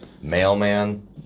Mailman